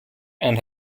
and